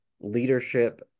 leadership